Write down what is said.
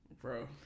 Bro